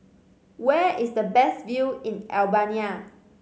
where is the best view in Albania